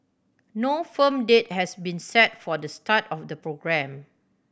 no firm date has been set for the start of the programme